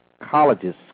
colleges